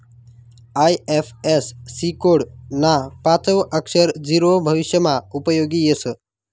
IFSC code ना पाचवं अक्षर झीरो भविष्यमा उपयोगी येस